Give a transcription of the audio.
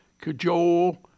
cajole